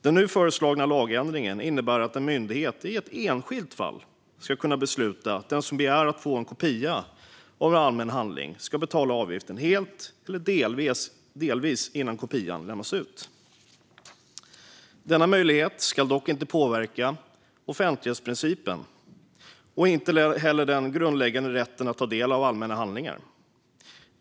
Den nu föreslagna lagändringen innebär att en myndighet i ett enskilt fall ska kunna besluta att den som begär att få en kopia av en allmän handling ska betala avgiften helt eller delvis innan kopian lämnas ut. Denna möjlighet ska dock inte påverka offentlighetsprincipen och inte heller den grundläggande rätten att ta del av allmänna handlingar.